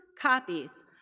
copies